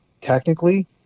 technically